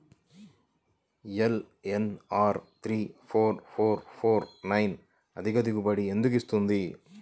LNR three four four four nine అధిక దిగుబడి ఎందుకు వస్తుంది?